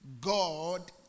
God